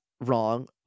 wrong